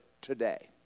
today